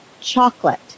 chocolate